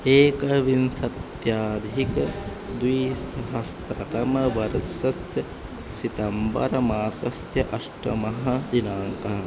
एकविंशत्यधिकं द्विसहस्त्रतमवर्षस्य सितम्बर मासस्य अष्टमः दिनाङ्कः